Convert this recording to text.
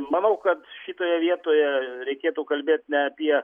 manau kad šitoje vietoje reikėtų kalbėt ne apie